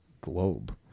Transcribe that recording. globe